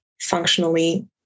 functionally